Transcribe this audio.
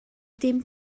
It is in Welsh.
dim